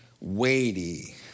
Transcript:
weighty